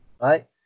Right